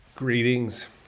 Greetings